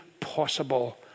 Possible